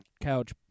couch